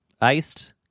iced